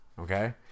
okay